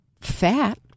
fat